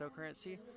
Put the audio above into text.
cryptocurrency